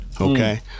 Okay